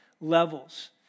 levels